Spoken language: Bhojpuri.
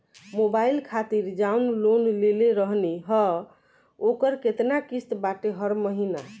मोबाइल खातिर जाऊन लोन लेले रहनी ह ओकर केतना किश्त बाटे हर महिना?